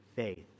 Faith